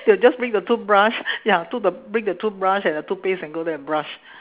they will just bring a toothbrush ya to the bring the toothbrush and the toothpaste and go there and brush